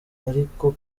ariko